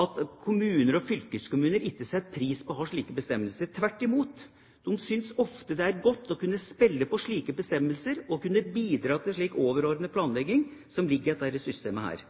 at kommuner og fylkeskommuner ikke setter pris på å ha slike bestemmelser, tvert imot. De synes ofte det er godt å kunne spille på slike bestemmelser og kunne bidra til en slik overordnet planlegging som ligger i dette systemet.